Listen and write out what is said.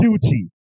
duty